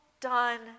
done